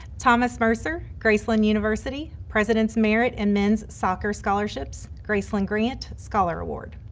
thomas mercer, graceland university, president's merit and men's soccer scholarships, graceland grant, scholar award.